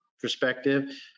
perspective